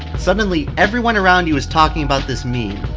suddenly everyone around you is talking about this meme.